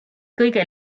kõige